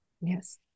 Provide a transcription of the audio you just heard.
Yes